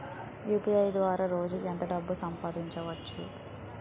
UPI ద్వారా రోజుకి ఎంత డబ్బు పంపవచ్చు?